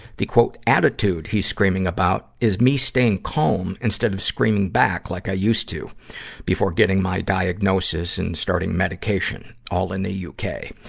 the attitude he's screaming about is me staying calm instead of screaming back like i used to before getting my diagnosis and starting medication, all in the yeah uk.